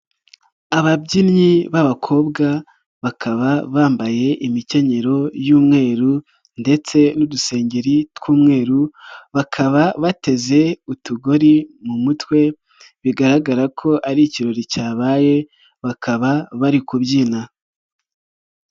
Ababyinnyi b'abakobwa bakaba bambaye imikenyero y'umweru ndetse n'udusengeri tw'umweru bakaba bateze utugori mu mutwe bigaragara ko ari ikirori cyabaye bakaba bari kubyina.